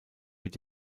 mit